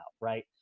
right